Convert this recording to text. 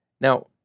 Now